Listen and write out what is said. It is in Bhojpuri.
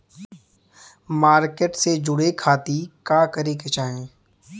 मार्केट से जुड़े खाती का करे के चाही?